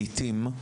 לעיתים,